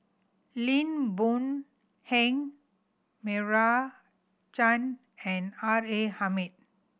Lim Boon Heng Meira Chand and R A Hamid